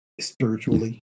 Spiritually